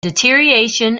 deterioration